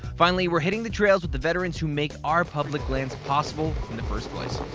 finally we're hitting the trails with the veterans who make our public lands possible in the first place.